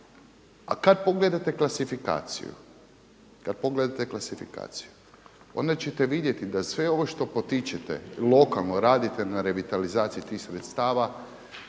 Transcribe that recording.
kada pogledate klasifikaciju onda ćete vidjeti da sve ovo što potičete i lokalno radite na revitalizaciji tih sredstava